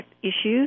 issues